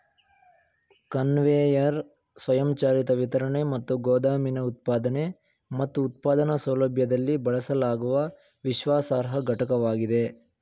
conveyor ಸ್ವಯಂಚಾಲಿತ ವಿತರಣೆ ಮತ್ತು ಗೋದಾಮಿನ ಉತ್ಪಾದನೆ ಮತ್ತು ಉತ್ಪಾದನಾ ಸೌಲಭ್ಯದಲ್ಲಿ ಬಳಸಲಾಗುವ ವಿಶ್ವಾಸಾರ್ಹ ಘಟಕವಾಗಿದೆ